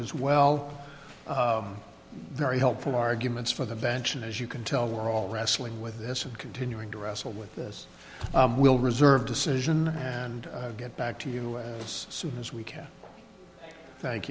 as well very helpful arguments for the bench and as you can tell we're all wrestling with this and continuing to wrestle with this we'll reserve decision and get back to you as soon as we can thank